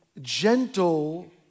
gentle